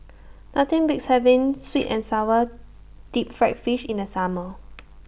Nothing Beats having Sweet and Sour Deep Fried Fish in The Summer